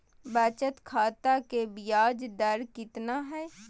बचत खाता के बियाज दर कितना है?